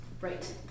Right